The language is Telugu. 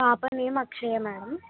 పాప నేమ్ అక్షయ మ్యాడమ్